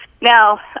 Now